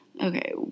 Okay